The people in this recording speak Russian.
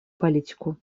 политику